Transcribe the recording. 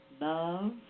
love